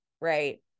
right